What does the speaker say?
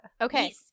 Okay